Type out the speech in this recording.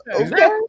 Okay